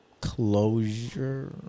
closure